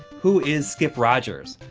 who is skip rogers?